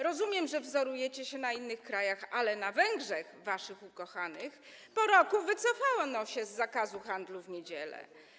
Rozumiem, że wzorujecie się na innych krajach, ale na Węgrzech, waszych ukochanych, po roku wycofano się z zakazu handlu w niedziele.